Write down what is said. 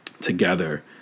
together